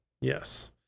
Yes